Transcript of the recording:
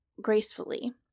gracefully